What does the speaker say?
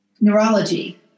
neurology